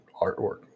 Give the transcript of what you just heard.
artwork